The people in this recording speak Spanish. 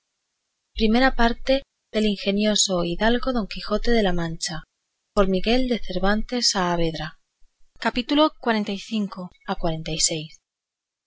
segunda parte del ingenioso caballero don quijote de la mancha por miguel de cervantes saavedra y no hallo en